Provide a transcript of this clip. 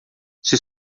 sua